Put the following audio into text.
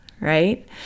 right